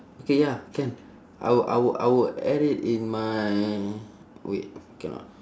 okay ya can I would I would I would add it in my wait cannot